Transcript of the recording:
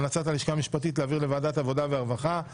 התשפ"א-2021 לוועדת הכספים נתקבלה.